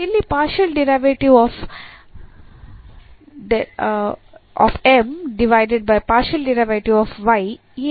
ಇಲ್ಲಿ ಏನು